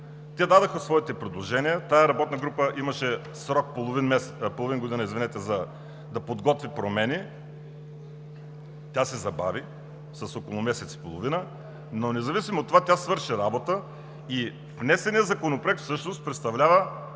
и дадоха своите предложения. Тази работна група имаше срок от половин година да подготви промени. Тя се забави с около месец и половина, но независимо от това тя свърши работа и внесеният законопроект всъщност представлява